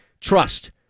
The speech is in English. trust